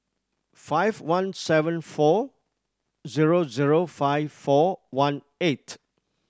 five one seven four zero zero five four one eight